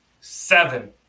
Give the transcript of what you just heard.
seven